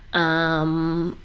um,